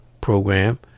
program